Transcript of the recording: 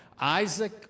Isaac